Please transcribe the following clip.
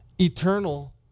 eternal